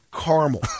caramel